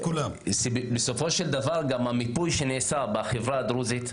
בסופו של דבר, המיפוי שנעשה בחברה הדרוזית,